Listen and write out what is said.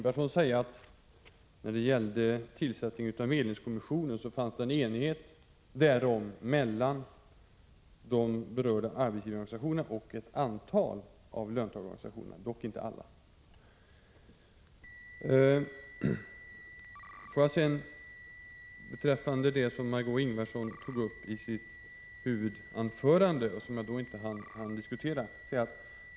Fru talman! Det rådde, Margöé Ingvardsson, enighet mellan de berörda arbetsgivarorganisationerna och ett antal av löntagarorganisationerna— dock inte alla — om att tillsätta en medlingskommission. I sitt huvudanförande tog Margé Ingvardsson upp en fråga som jag i mitt anförande inte hann bemöta.